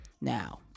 now